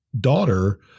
daughter